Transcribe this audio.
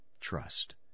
Trust